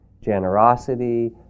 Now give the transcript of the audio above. generosity